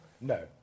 no